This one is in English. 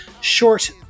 short